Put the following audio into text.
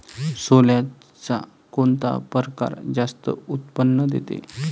सोल्याचा कोनता परकार जास्त उत्पन्न देते?